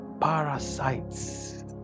Parasites